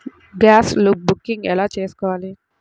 Gas booking ఎలా చేసుకోవాలి?